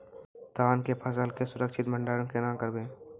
धान के फसल के सुरक्षित भंडारण केना करबै?